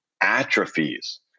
atrophies